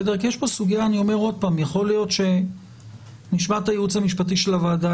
נשמע את הייעוץ המשפטי של הוועדה,